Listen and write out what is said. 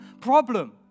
problem